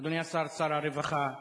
שר הרווחה,